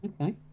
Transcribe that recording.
Okay